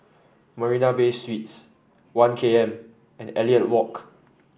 Marina Bay Suites One K M and Elliot Walk